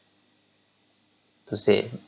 per se